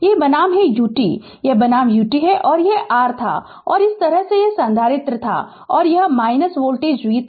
यह बनाम है ut यह बनाम ut है यह R था और इस तरफ यह संधारित्र था और यह वोल्टेज v था